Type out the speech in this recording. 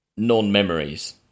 Non-memories